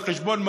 על חשבון מה?